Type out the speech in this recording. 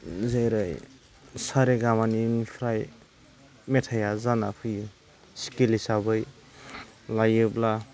जेरै सा रे गा मा निफ्राय मेथाइआ जाना फैयो स्केल हिसाबै लायोब्ला